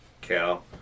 Cal